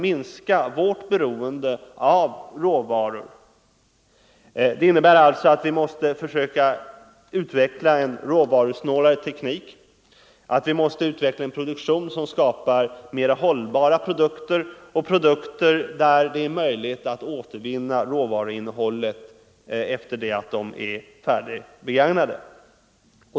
importen från minska Sveriges beroende av råvaror. Det innebär att vi måste försöka — u-länderna utveckla en råvarusnålare teknik, att vi måste utveckla en produktion som skapar mera hållbara produkter och produkter vilkas råvaruinnehåll det är möjligt att återvinna sedan de är färdigbegagnade.